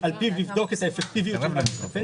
פיו לבדוק את האפקטיביות של קצבת הפנסיה.